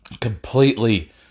completely